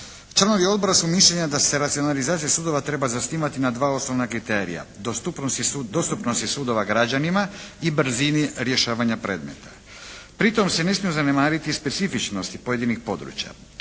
Članovi Odbor su mišljenja da se racionalizacija sudova treba zasnivati na osnovna kriterija, dostupnosti sudova građanima i brzini rješavanja predmeta. Pri tome se ne smiju zanemariti specifičnosti pojedinih područja,